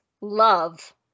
love